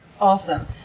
Awesome